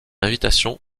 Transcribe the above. invitation